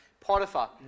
potiphar